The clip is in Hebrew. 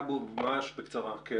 אבו, ממש בקצרה.